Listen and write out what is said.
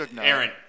Aaron